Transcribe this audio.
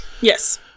Yes